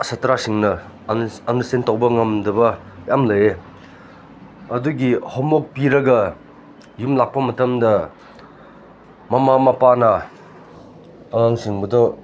ꯁꯥꯠꯇ꯭ꯔꯁꯤꯡꯅ understand ꯇꯧꯕ ꯉꯝꯗꯕ ꯌꯥꯝ ꯂꯩꯌꯦ ꯑꯗꯨꯒꯤ ꯍꯣꯝꯋꯣꯔꯛ ꯄꯤꯔꯒ ꯌꯨꯝ ꯂꯥꯛꯄ ꯃꯇꯝꯗ ꯃꯃꯥ ꯃꯄꯥꯅ ꯑꯉꯥꯡꯁꯤꯡꯕꯨꯗꯨ